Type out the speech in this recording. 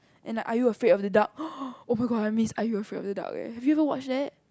and like are you afraid of the dark !orh! oh-my-god I miss are you afraid of the dark leh have you ever watched that